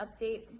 update